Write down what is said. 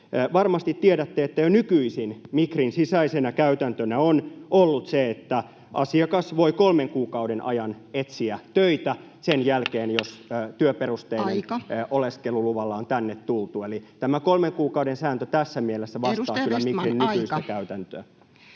Varmasti tiedätte, että jo nykyisin Migrin sisäisenä käytäntönä on ollut se, että asiakas voi kolmen kuukauden ajan etsiä töitä sen jälkeen, jos työperusteisella oleskeluluvalla [Puhemies: Aika!] on tänne tultu, eli tämä kolmen kuukauden sääntö tässä mielessä [Puhemies: Edustaja